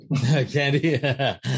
Candy